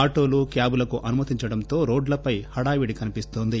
ఆటోలు క్యాచ్లకు అనుమతించడంతో రోడ్లపై హడావుడి కనిపిస్తోంది